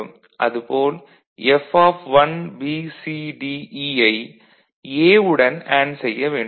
அது போல் F1BCDE ஐ A உடன் அண்டு செய்ய வேண்டும்